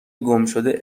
گمشده